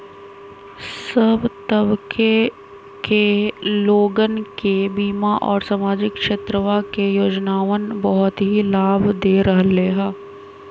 सब तबके के लोगन के बीमा और सामाजिक क्षेत्रवा के योजनावन बहुत ही लाभ दे रहले है